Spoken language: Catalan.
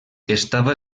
estava